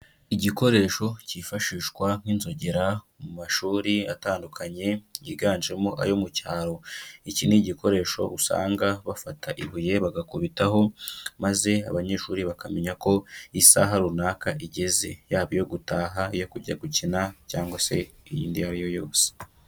Igikoresho kifashishwa nk'inzogera mu mashuri atandukanye yiganjemo ayo mu cyaro, iki ni igikoresho usanga bafata ibuye bagakubitaho maze abanyeshuri bakamenya ko isaha runaka igeze, yaba yo gutaha, iyo kujya gukina cyangwa se iyindi iyo ari yo yose.